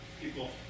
people